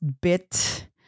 bit